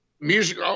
music